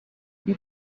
you